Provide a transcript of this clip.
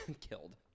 killed